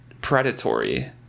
predatory